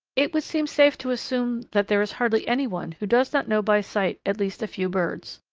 it would seem safe to assume that there is hardly any one who does not know by sight at least a few birds.